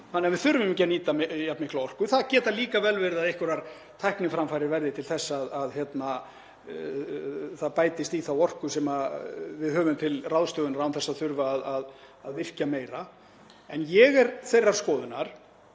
þannig að við þurfum ekki að nýta jafn mikla orku. Það getur líka vel verið að einhverjar tækniframfarir verði til þess að það bætist við þá orku sem við höfum til ráðstöfunar án þess að þurfa að virkja meira. Ég er þeirrar skoðunar